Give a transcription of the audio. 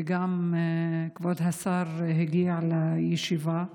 וגם כבוד השר הגיע לישיבה,